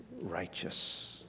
righteous